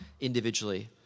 individually